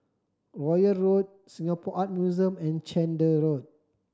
Royal Road Singapore Art Museum and Chander Road